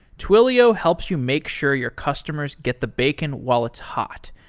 twilio helps you make sure your customers get the bacon while it's hot.